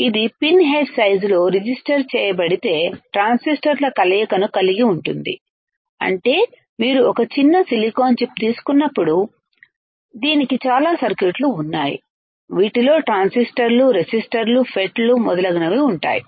ఇది pin head సైజులో register చేయబడితే ట్రాన్సిస్టర్ల కలయికను కలిగి ఉంటుంది అంటే మీరు ఒక చిన్న సిలికాన్ చిప్ తీసుకున్నప్పుడు దీనికి చాలా సర్క్యూట్లు ఉన్నాయి వీటిలో ట్రాన్సిస్టర్లు రెసిస్టర్లు FET లు మొదలగునవి ఉంటాయి